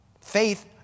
Faith